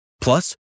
Plus